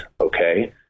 Okay